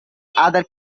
other